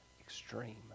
extreme